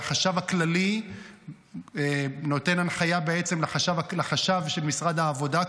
והחשב הכללי נותן הנחיה בעצם לחשב של משרד העבודה,